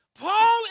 Paul